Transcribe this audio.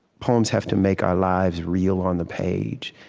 poems have to make our lives real on the page.